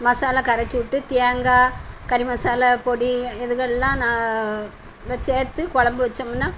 மசாலா கரைச்சு விட்டு தேங்காய் கறி மசாலா பொடி இதுகளெலாம் நா வ சேர்த்து கொழம்பு வைச்சோம்னா